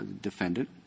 Defendant